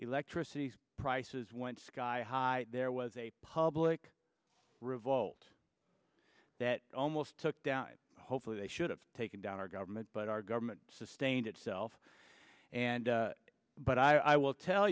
electricity prices went sky high there was a public revolt that almost took down hopefully they should have taken down our government but our government sustained itself and but i will tell